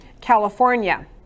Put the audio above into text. California